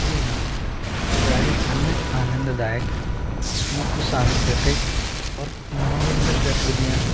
जी हाँ राजस्थान में आनंददायक मुख्य सांस्कृतिक और मनोरंजन गतविधियाँ